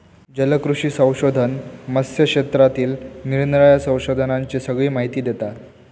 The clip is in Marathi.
जलकृषी संशोधन मत्स्य क्षेत्रातील निरानिराळ्या संशोधनांची सगळी माहिती देता